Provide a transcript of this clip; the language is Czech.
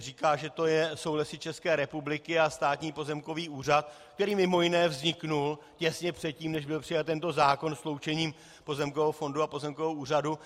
Říká, že to jsou Lesy České republiky a Státní pozemkový úřad, který mimo jiné vznikl těsně předtím, než byl přijat tento zákon, sloučením Pozemkového fondu a Pozemkového úřadu.